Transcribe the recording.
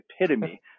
epitome